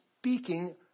speaking